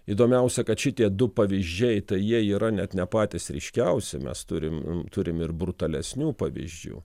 įdomiausia kad šitie du pavyzdžiai tai jie yra net ne patys ryškiausi mes turim turim ir brutalesnių pavyzdžių